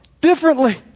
Differently